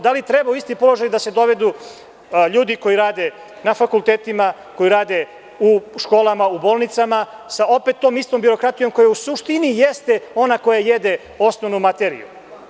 Da li treba u isti položaj da se dovedu ljudi koji rade na fakultetima, koji rade u školama, u bolnicama, sa opet tom istom birokratijom, koja u suštini jeste ona koja jede osnovnu materiju?